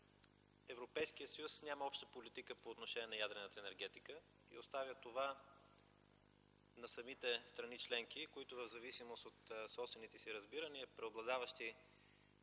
Европейският съюз няма обща политика по отношение на ядрената енергетика и оставя това на самите страни членки, които в зависимост от собствените си разбирания, преобладаващи